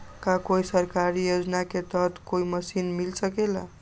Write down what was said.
का कोई सरकारी योजना के तहत कोई मशीन मिल सकेला?